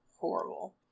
horrible